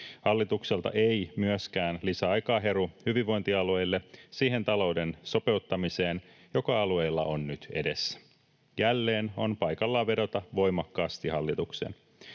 Hallitukselta ei myöskään lisäaikaa heru hyvinvointialueille siihen talouden sopeuttamiseen, joka alueilla on nyt edessä. Jälleen on paikallaan vedota voimakkaasti hallitukseen: